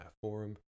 forum